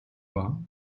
war